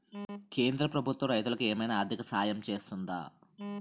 కేంద్ర ప్రభుత్వం రైతులకు ఏమైనా ఆర్థిక సాయం చేస్తుందా?